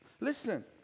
Listen